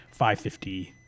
550